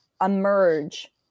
emerge